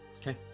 Okay